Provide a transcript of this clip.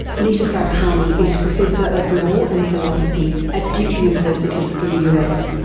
nita farahany is professor of law and philosophy at duke university in the us.